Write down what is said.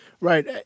Right